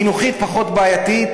החינוכית פחות בעייתית,